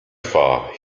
far